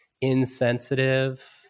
insensitive